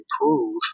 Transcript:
improve